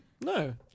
No